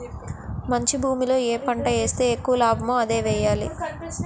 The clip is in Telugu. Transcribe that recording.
మంచి భూమిలో ఏ పంట ఏస్తే ఎక్కువ లాభమో అదే ఎయ్యాలి